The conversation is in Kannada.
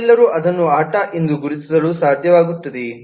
ನಾವೆಲ್ಲರೂ ಅದನ್ನು ಆಟ ಎಂದು ಗುರುತಿಸಲು ಸಾಧ್ಯವಾಗುತ್ತದೆ